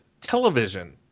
television